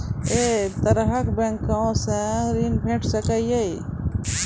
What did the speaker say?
ऐ तरहक बैंकोसऽ ॠण भेट सकै ये?